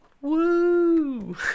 woo